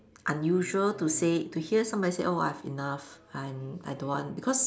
unusual to say to hear somebody say oh I have enough I'm I don't want because